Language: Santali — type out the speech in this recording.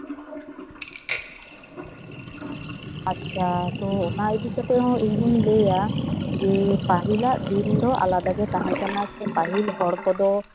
ᱟᱪᱪᱷᱟ ᱛᱚ ᱚᱱᱟ ᱤᱫᱤᱠᱟᱛᱮ ᱤᱧ ᱫᱚᱧ ᱞᱟᱹᱭᱟ ᱯᱟᱹᱦᱤᱞᱟᱜ ᱫᱤᱱ ᱫᱚ ᱟᱞᱟᱫᱟ ᱜᱮ ᱛᱟᱦᱮᱸ ᱠᱟᱱᱟ ᱥᱮ ᱯᱟᱹᱦᱤᱞ ᱦᱚᱲ ᱠᱚᱫᱚ